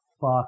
fuck